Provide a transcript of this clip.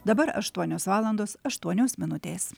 dabar aštuonios valandos aštuonios minutės